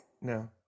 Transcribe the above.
No